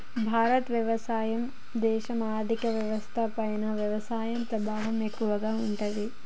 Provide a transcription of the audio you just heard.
భారత్ వ్యవసాయ దేశం, ఆర్థిక వ్యవస్థ పైన వ్యవసాయ ప్రభావం ఎక్కువగా ఉంటది